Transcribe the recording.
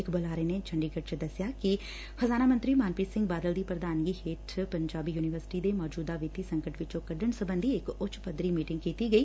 ਇਕ ਬੁਲਾਰੇ ਨੇ ਚੰਡੀਗੜ੍ਪ ਚ ਦੱਸਿਆ ਕਿ ਚੰਡੀਗੜ ਵਿਖੇ ਵਿੱਤ ਮੰਤਰੀ ਮਨਪ੍ਰੀਤ ਸਿੰਘ ਬਾਦਲ ਦੀ ਪ੍ਰਧਾਨਗੀ ਹੇਠ ਪੰਜਾਬੀ ਯੂਨੀਵਰਸਿਟੀ ਦੇ ਮੌਜੂਦਾ ਵਿੱਤੀ ਸੰਕਟ ਵਿੱਚੋ ਕਢਣ ਸਬੰਧੀ ਇਕ ਉੱਚ ਪੱਧਰੀ ਮੀਟਿੰਗ ਕੀਤੀ ਗਈ